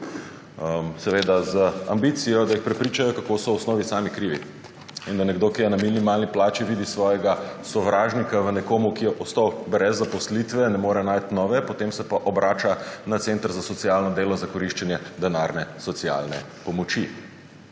seveda z ambicijo, da jih prepričajo, kako so v osnovi sami krivi, in da nekdo, ki je na minimalni plači, vidi svojega sovražnika v nekom, ki je ostal brez zaposlitve, ne more najti nove, potem pa se obrača na center za socialno delo za koriščenje denarne socialne pomoči.